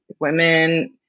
women –